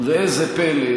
ראה זה פלא,